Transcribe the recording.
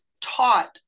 taught